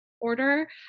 order